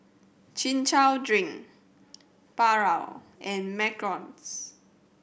Chin Chow drink Paru and Macarons